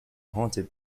haunted